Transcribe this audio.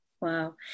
Wow